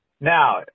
Now